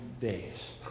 days